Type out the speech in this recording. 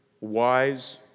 wise